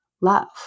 love